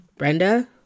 Brenda